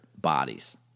bodies